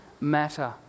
matter